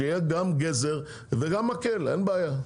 שיהיה גם גזר וגם מקל, אין בעיה.